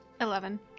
Eleven